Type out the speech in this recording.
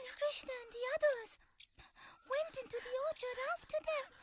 krishna and the others went into the orchard after them,